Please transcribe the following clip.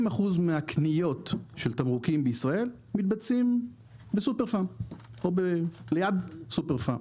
50% מהקניות של תמרוקים בישראל מתבצעים בסופרפארם או ליד סופרפארם.